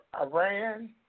Iran